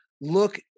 look